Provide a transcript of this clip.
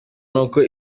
nuko